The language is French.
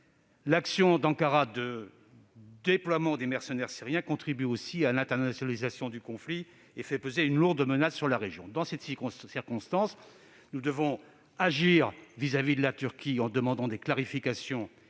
par Ankara de mercenaires syriens contribue aussi à l'internationalisation du conflit et fait peser une lourde menace sur la région. Dans cette circonstance, nous devons agir vis-à-vis de la Turquie, en demandant des clarifications